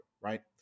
right